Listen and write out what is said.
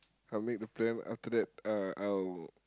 I'll make the plan after that uh I'll